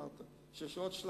הוא אמר שיש עוד שלב.